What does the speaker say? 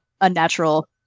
unnatural